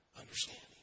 understanding